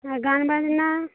হ্যাঁ গান বাজনা